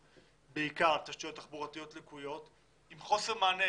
בעיקר תשתיות תחבורתיות לקויות עם חוסר מענה